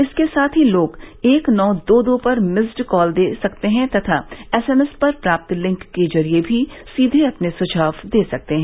इसके साथ ही लोग एक नौ दो दो पर मिस्ड कॉल दे सकते हैं तथा एसएमएस पर प्राप्त लिंक के जरिए भी सीधे अपने सुझाव दे सकते हैं